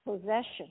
possession